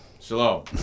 Shalom